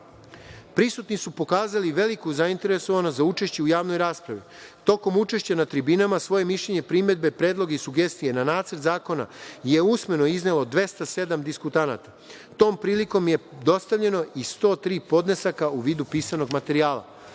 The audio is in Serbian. su pokazali veliku zainteresovanost za učešće u javnoj raspravi. Tokom učešća na tribinama svoje mišljenje, primedbe, predloge i sugestije na Nacrt zakona je usmeno iznelo 207 diskutanata. Tom prilikom je dostavljeno i 103 podnesaka u vidu pisanog materijala.